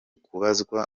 kubabazwa